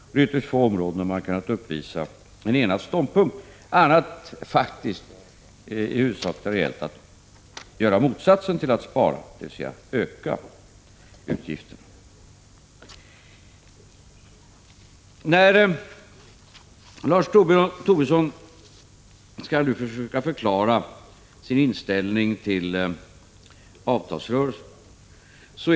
På ytterst få områden har man kunnat ge uttryck för en enad ståndpunkt. Det har man i huvudsak faktiskt bara kunnat göra när det gällt att göra motsatsen till att spara — dvs. öka utgifterna. Lars Tobisson försöker förklara sin inställning till avtalsrörelsen.